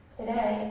Today